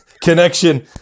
connection